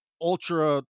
ultra